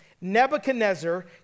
Nebuchadnezzar